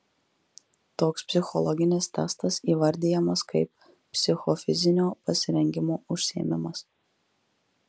toks psichologinis testas įvardijamas kaip psichofizinio pasirengimo užsiėmimas